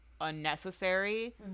unnecessary